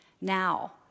Now